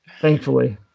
Thankfully